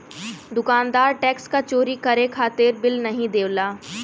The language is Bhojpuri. दुकानदार टैक्स क चोरी करे खातिर बिल नाहीं देवला